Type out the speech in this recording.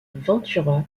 ventura